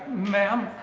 ma'am?